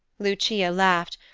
lucia laughed,